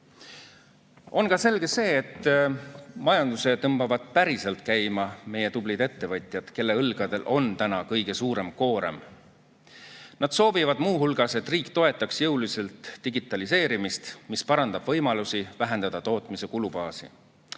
ka selge see, et majanduse tõmbavad päriselt käima meie tublid ettevõtjad, kelle õlgadel on täna kõige suurem koorem. Nad soovivad muu hulgas, et riik toetaks jõuliselt digitaliseerimist, mis parandab võimalusi vähendada tootmise kulubaasi.